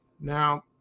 Now